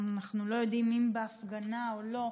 אנחנו לא יודעים אם בהפגנה או לא,